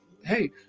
hey